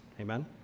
Amen